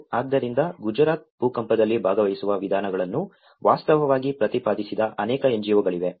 ಆದ್ದರಿಂದ ಗುಜರಾತ್ ಭೂಕಂಪದಲ್ಲಿ ಭಾಗವಹಿಸುವ ವಿಧಾನಗಳನ್ನು ವಾಸ್ತವವಾಗಿ ಪ್ರತಿಪಾದಿಸಿದ ಅನೇಕ ಎನ್ಜಿಒಗಳಿವೆ